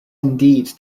indeed